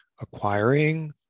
acquiring